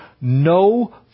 no